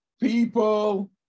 people